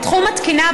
בתחום התקינה,